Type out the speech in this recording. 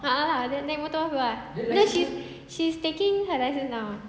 a'ah ah dia naik motor aku ah you know she's she's taking her license now